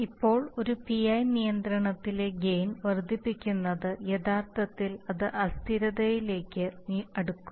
ഇപ്പോൾ ഒരു പിഐ നിയന്ത്രണത്തിലെ ഗെയിൻ വർദ്ധിപ്പിക്കുന്നത് യഥാർത്ഥത്തിൽ അത് അസ്ഥിരതയിലേക്ക് അടുക്കും